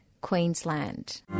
Queensland